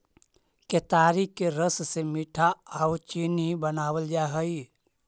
केतारी के रस से मीठा आउ चीनी बनाबल जा हई